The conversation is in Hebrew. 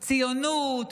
ציונות,